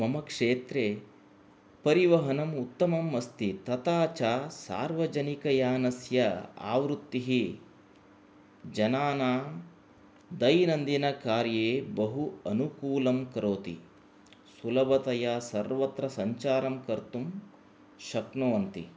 मम क्षेत्रे परिवहनम् उत्तमम् अस्ति तथा च सार्वजनिकयानस्य आवृत्तिः जनानां दैनन्दिनकार्ये बहु अनुकूलं करोति सुलभतया सर्वत्र सञ्जारं कर्तुं शक्नुवन्ति